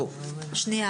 יש מרחב פתוח.